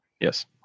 Yes